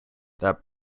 that